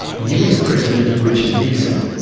us president richard nixon,